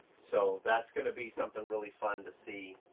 so that's gonna be something really fun to see,